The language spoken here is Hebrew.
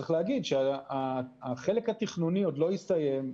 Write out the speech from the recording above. צריך להגיד שהחלק התכנוני עוד לא הסתיים,